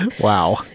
Wow